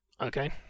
Okay